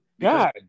God